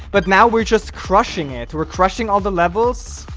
but now we're just crushing it we're crushing all the levels ah